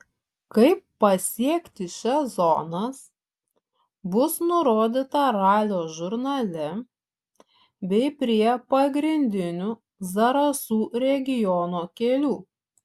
kaip pasiekti šias zonas bus nurodyta ralio žurnale bei prie pagrindinių zarasų regiono kelių